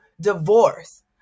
divorce